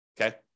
Okay